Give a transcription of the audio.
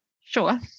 Sure